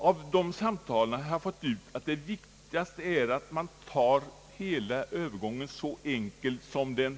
Av de samtalen har jag fått ut att det viktigaste är att man tar hela övergången så enkelt som möjligt.